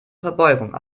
verbeugung